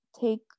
Take